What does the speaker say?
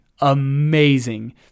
Amazing